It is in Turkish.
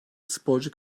sporcu